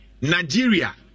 Nigeria